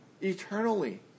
Eternally